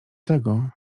tego